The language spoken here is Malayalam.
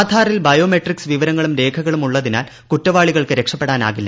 ആധാറിൽ ബയോ മെട്രിക്സ് വിവരങ്ങളും രേഖകളും ഉള്ളതിനാൽ കുറ്റവാളികൾക്ക് രക്ഷപ്പെടാനാവില്ല